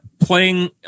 playing